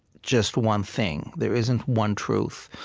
just one thing. there isn't one truth.